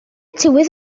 tywydd